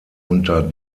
unter